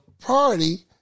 party